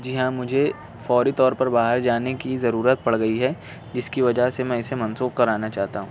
جی ہاں مجھے فوری طور پر باہر جانے کی ضرورت پڑ گئی ہے جس کی وجہ سے میں اسے منسوخ کرانا چاہتا ہوں